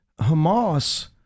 Hamas